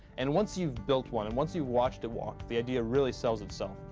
and once you've built one, and once you watched it walk, the idea really sells itself.